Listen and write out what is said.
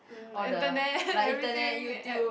mm internet everything add